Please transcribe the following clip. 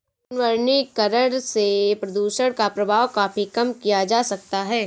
पुनर्वनीकरण से प्रदुषण का प्रभाव काफी कम किया जा सकता है